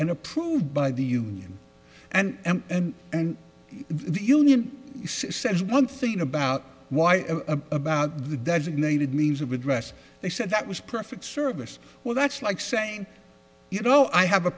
and approved by the union and the union says one thing about why a about the designated means with russ they said that was perfect service well that's like saying you know i have a